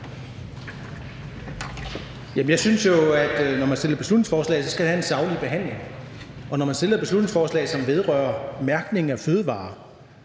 Jeg synes jo, at når man fremsætter et beslutningsforslag, skal det have en saglig behandling. Og når man fremsætter et beslutningsforslag, som vedrører mærkning af fødevarer